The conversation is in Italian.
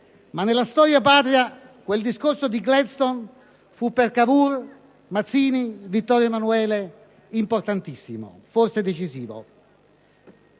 ma nella storia patria quel discorso di Gladstone fu per Cavour, Mazzini e Vittorio Emanuele importantissimo, forse decisivo.